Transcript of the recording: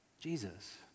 Jesus